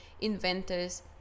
Inventors